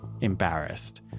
embarrassed